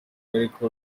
ariko